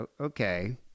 okay